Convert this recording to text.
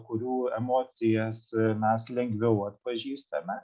kurių emocijas mes lengviau atpažįstame